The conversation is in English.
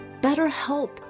BetterHelp